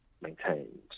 maintained